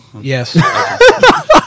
Yes